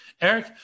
eric